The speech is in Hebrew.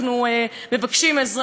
רוצים לשמור על קשר,